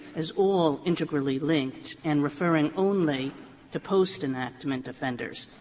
as all integrally linked and referring only to postenactment offenders,